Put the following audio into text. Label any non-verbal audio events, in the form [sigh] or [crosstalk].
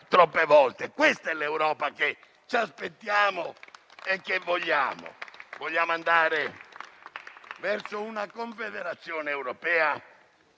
[applause] Questa è l'Europa che ci aspettiamo e vogliamo. Vogliamo andare verso una confederazione europea